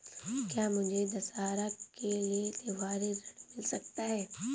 क्या मुझे दशहरा के लिए त्योहारी ऋण मिल सकता है?